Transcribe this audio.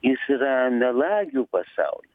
jis yra melagių pasaulis